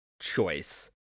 choice